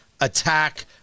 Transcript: attack